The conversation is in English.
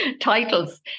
titles